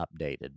updated